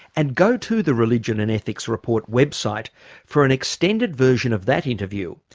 and go to the religion and ethics report website for an extended version of that interview,